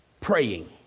praying